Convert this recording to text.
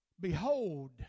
Behold